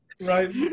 right